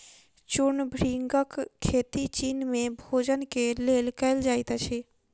चूर्ण भृंगक खेती चीन में भोजन के लेल कयल जाइत अछि